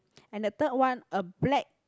and the third one a black